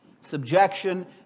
Subjection